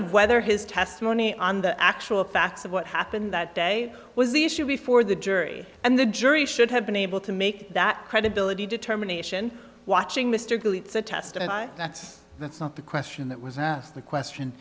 of whether his testimony on the actual facts of what happened that day was the issue before the jury and the jury should have been able to make that credibility determination watching mr gill it's a test and i that's that's not the question that was asked the question